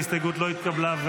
ההסתייגות לא התקבלה.